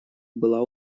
была